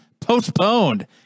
postponed